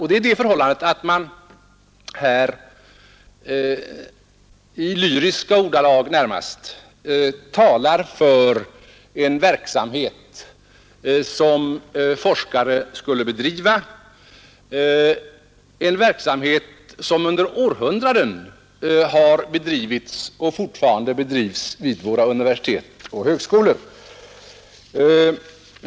I närmast lyriska ordalag talar man nämligen för en verksamhet som forskare skulle bedriva, en verksamhet som under århundraden har bedrivits och fortfarande bedrivs vid våra universitet och högskolor.